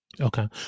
Okay